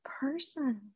person